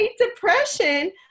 depression